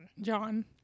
John